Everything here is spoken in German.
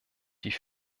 die